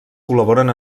col·laboren